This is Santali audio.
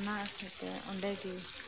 ᱚᱱᱟ ᱮᱠᱮᱛᱮ ᱚᱰᱮ ᱜᱮ